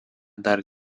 dar